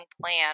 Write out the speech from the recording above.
plan